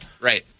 Right